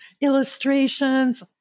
illustrations